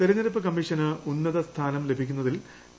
തെരഞ്ഞെടുപ്പ് കമ്മീഷന് ഉന്നത സ്ഥാനം ലഭിക്കുന്നതിൽ ടി